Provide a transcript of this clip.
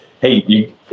hey